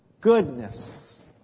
Goodness